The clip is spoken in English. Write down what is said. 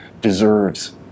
deserves